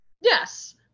Yes